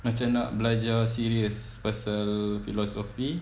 macam nak belajar serious pasal philosophy